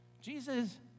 Jesus